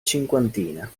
cinquantina